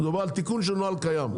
מדובר על תיקון של נוהל קיים,